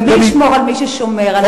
ומי ישמור על מי ששומר עליהם?